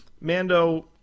Mando